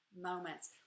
moments